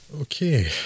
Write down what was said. Okay